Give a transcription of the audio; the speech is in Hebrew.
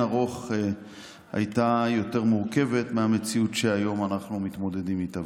ערוך יותר מורכבת מהמציאות שהיום אנחנו מתמודדים איתה.